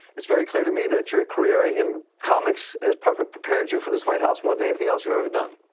it's very clear to me that your career in comics has prepared prepared you for this white house more than anything else you've ever done,